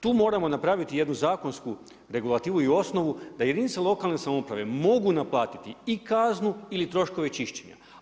Tu moramo napraviti jednu zakonsku regulativu i osnovu da jedinice lokalne samouprave mogu naplatiti ili kaznu ili troškove čišćenja.